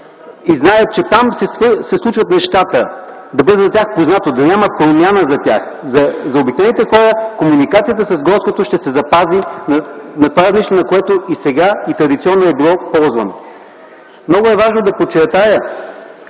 знаят, че там се случват нещата, да бъде това познато за тях, да няма промяна за тях. За обикновените хора комуникацията с „Горското” ще се запази на това равнище, което е сега, а пък и традиционно е било ползвано. Много е важно да подчертая,